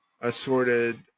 Assorted